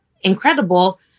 incredible